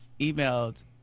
emailed